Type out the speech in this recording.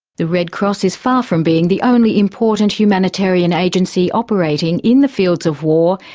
the red cross is far from being the only important humanitarian agency operating in the fields of war,